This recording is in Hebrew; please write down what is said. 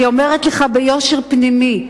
אני אומרת לך ביושר פנימי,